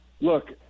look